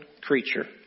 creature